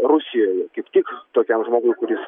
rusijoj kaip tik tokiam žmogui kuris